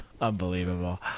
Unbelievable